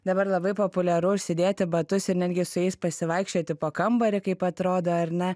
dabar labai populiaru užsidėti batus ir netgi su jais pasivaikščioti po kambarį kaip atrodo ar ne